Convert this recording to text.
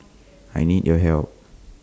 I need your help